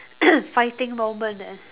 fighting moment eh